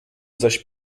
zaś